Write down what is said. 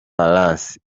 palace